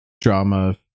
drama